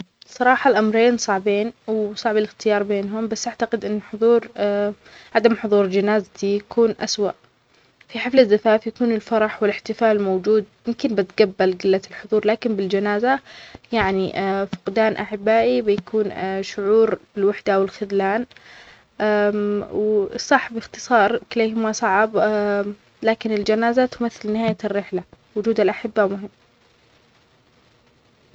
صراحة الأمرين صعبين وصعب الاختيار بينهم بس أعتقد أن حضور-عدم حضور جنازتي يكون أسوأ في حفل زفافي يكون الفرح والاحتفال موجود ممكن بتقبل قلة الحضور لكن بالجنازة يعني فقدان أحبائي بيكون شعور الوحدة والخذلان وصح بإختصار كليهما صعب لكن الجنازة تمثل نهاية الرحلة وجود الأحبة مهم